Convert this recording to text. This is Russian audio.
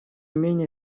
менее